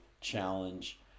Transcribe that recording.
challenge